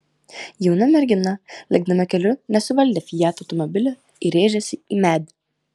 jauna mergina lėkdama keliu nesuvaldė fiat automobilio ir rėžėsi į medį